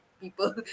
people